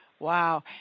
Wow